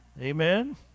amen